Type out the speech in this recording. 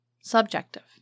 subjective